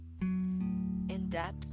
in-depth